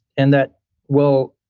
and that well,